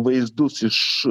vaizdus iš